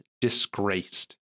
disgraced